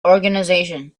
organization